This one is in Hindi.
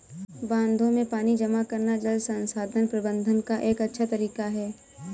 बांधों में पानी जमा करना जल संसाधन प्रबंधन का एक अच्छा तरीका है